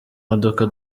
modoka